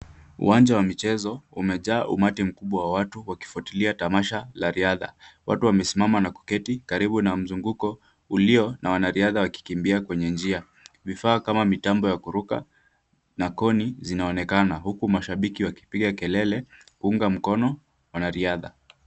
Uwanja wa michezo umejaa umati mkubwa wa watu wakifuatilia tamasha za riadha. Watu wamesimama na kuketi karibu na mzunguko ulio na wanariadha wakikimbia kwenye njia. Vifaa kama mitambo ya kuruka na koni zinaonekana huku mashabiki wakipiga kelele kuunga mkono wanariadha.